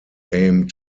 aimed